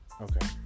okay